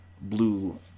blue